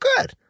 good